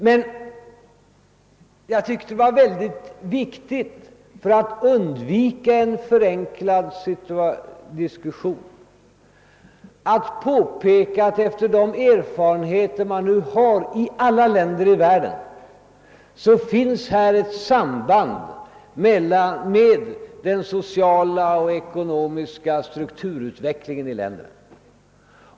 Men för att undvika en förenklad diskussion om dessa ting tyckte jag det var viktigt att påpeka, att efter de er farenheter man nu har i alla världens länder finns det ett samband mellan brottsligheten och den sociala och ekonomiska strukturutvecklingen.